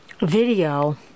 video